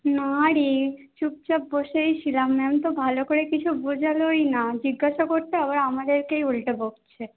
না রে চুপচাপ বসেইছিলাম ম্যাম তো ভালো করে কিছু বোঝালোই না জিজ্ঞাসা করতে আবার আমাদেরকেই উল্টে বকছে